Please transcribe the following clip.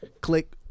click